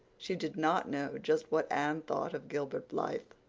she did not know just what anne thought of gilbert blythe.